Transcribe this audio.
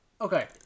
Okay